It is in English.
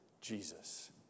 Jesus